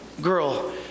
girl